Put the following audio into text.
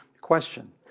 question